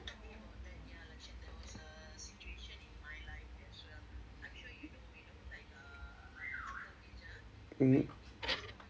mm